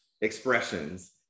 Expressions